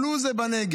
"עלו זה בנגב".